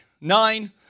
Nine